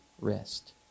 rest